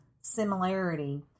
similarity